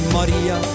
Maria